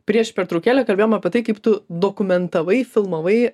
prieš pertraukėlę kalbėjom apie tai kaip tu dokumentavai filmavai